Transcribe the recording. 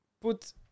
put